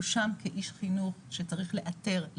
הוא שם כאיש חינוך שצריך לאתר,